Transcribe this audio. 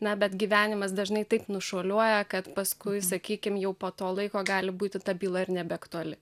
na bet gyvenimas dažnai taip nušuoliuoja kad paskui sakykim jau po to laiko gali būti ta byla ir nebeaktuali